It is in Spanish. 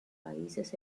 países